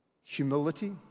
humility